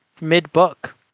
mid-book